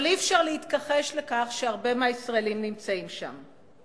אבל אי-אפשר להתכחש לכך שהרבה מהישראלים נמצאים שם.